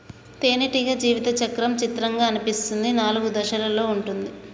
తేనెటీగ జీవిత చక్రం చిత్రంగా అనిపిస్తుంది నాలుగు దశలలో ఉంటుంది